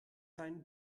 sein